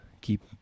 Keep